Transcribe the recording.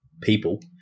people